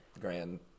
grand